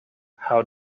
how